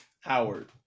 Howard